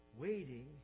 Waiting